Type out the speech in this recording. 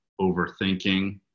overthinking